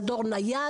זה דור נייד,